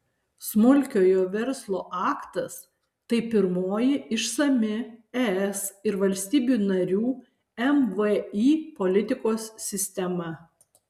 smulkiojo verslo aktas tai pirmoji išsami es ir valstybių narių mvį politikos sistema